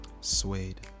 Suede